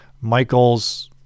Michael's